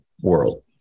world